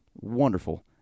wonderful